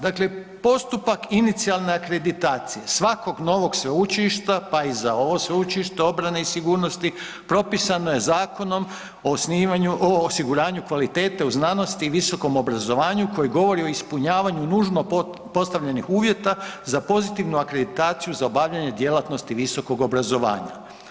Dakle postupak inicijalne akreditacije svakog novog sveučilišta, pa i za ovo Sveučilište obrane i sigurnosti propisano je zakonom o osnivanju, .../nerazumljivo/... osiguranju kvalitete u znanosti i visokom obrazovanju koji govori o ispunjavanju nužno postavljenih uvjeta za pozitivnu akreditaciju za obavljanje djelatnosti visokog obrazovanja.